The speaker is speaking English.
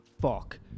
Fuck